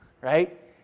right